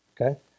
Okay